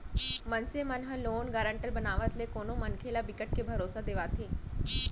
मनसे मन ह लोन गारंटर बनावत ले कोनो मनखे ल बिकट के भरोसा देवाथे